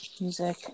Music